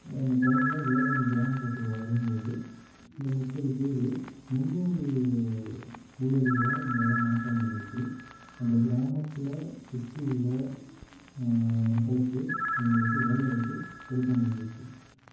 அந்த டைமில் வேலை கிராமபுறத்தில் வரும்போது இந்த முப்பது பேரு முந்நூறு ஊழியர்களாக எங்களால் மாற்ற முடிஞ்சுச்சி அந்த கிராமத்தில் சுற்றி உள்ள மக்களுக்கு எங்களுக்கு வேலை வாய்ப்பு கொடுக்க முடுஞ்சுச்சு